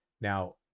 Now